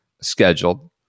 scheduled